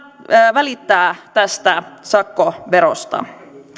välittää tästä sakkoverosta